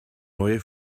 neue